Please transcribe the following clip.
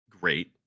great